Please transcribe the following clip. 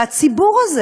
והציבור הזה